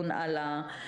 הנחיה.